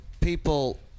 people